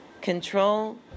control